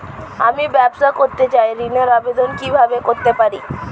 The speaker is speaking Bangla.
আমি ব্যবসা করতে চাই ঋণের আবেদন কিভাবে করতে পারি?